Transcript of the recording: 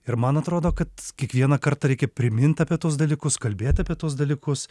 ir man atrodo kad kiekvieną kartą reikia primint apie tuos dalykus kalbėt apie tuos dalykus